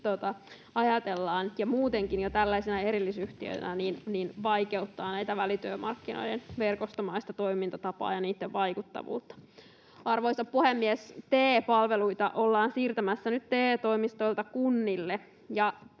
ajatellaan, ja muutenkin jo tällaisena erillisyhtiönä, se vaikeuttaa näiden välityömarkkinoiden verkostomaista toimintatapaa ja niitten vaikuttavuutta. Arvoisa puhemies! TE-palveluita ollaan siirtämässä nyt TE-toimistoilta kunnille, ja